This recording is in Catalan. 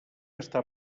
està